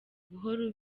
guhora